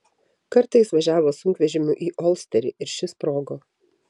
kartą jis važiavo sunkvežimiu į olsterį ir šis sprogo